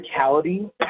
physicality